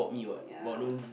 yeah